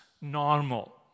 normal